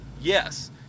Yes